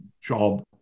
job